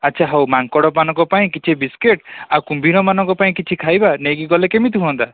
ଆଚ୍ଛା ହଉ ମାଙ୍କଡ଼ମାନଙ୍କ ପାଇଁ କିଛି ବିସ୍କେଟ୍ ଆଉ କୁମ୍ଭୀରମାନଙ୍କ ପାଇଁ କିଛି ଖାଇବା ନେଇକି ଗଲେ କେମିତି ହୁଅନ୍ତା